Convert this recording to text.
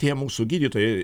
tie mūsų gydytojai